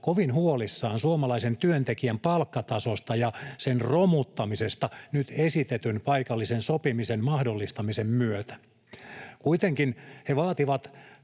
kovin huolissaan suomalaisen työntekijän palkkatasosta ja sen romuttamisesta nyt esitetyn paikallisen sopimisen mahdollistamisen myötä. Kuitenkin he vaativat